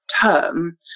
term